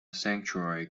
sanctuary